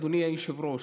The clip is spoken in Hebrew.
אדוני היושב-ראש,